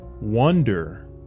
Wonder